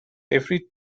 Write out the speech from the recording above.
every